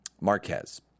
Marquez